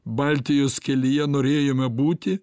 baltijos kelyje norėjome būti